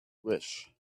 wish